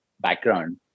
background